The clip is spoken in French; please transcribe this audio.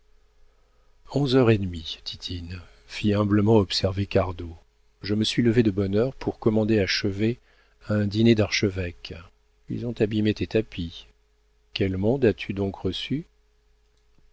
onze heures et demie titine fit humblement observer cardot je me suis levé de bonne heure pour commander à chevet un dîner d'archevêque ils ont abîmé tes tapis quel monde as-tu donc reçu